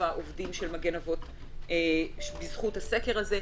העובדים של מגן אבות ואימהות בזכות הסקר הזה.